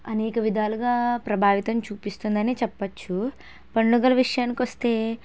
అనేక విధాలుగా ప్రభావితం చూపిస్తుందని చెప్పవచ్చు పండుగల విషయానికి వస్తే